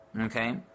Okay